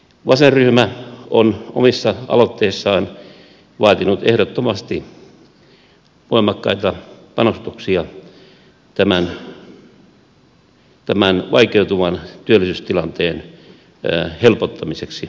vasenryhmä on omissa aloitteissaan vaatinut ehdottomasti voimakkaita panostuksia tämän vaikeutuvan työllisyystilanteen helpottamiseksi